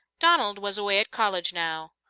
donald was away at college now.